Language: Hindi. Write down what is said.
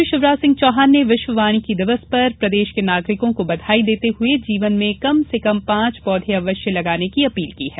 मुख्यमंत्री शिवराज सिंह चौहान ने विश्व वानिकी दिवस पर प्रदेश के नागरिकों को बधाई देते हुए जीवन में कम से कम पांच पौधे अवश्य लगाने की अपील की है